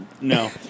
No